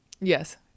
Yes